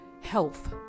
health